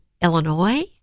illinois